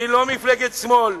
היא לא מפלגת שמאל,